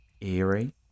eerie